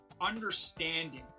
understanding